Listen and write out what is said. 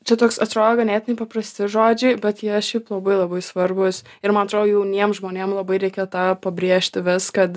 čia toks atrodo ganėtinai paprasti žodžiai bet jei šiaip labai labai svarbūs ir man atrodo jauniems žmonėm labai reikia tą pabrėžti vis kad